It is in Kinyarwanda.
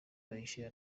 bahisha